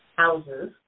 Houses